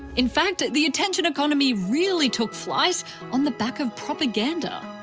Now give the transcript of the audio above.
in fact, the attention economy really took flight on the back of propaganda.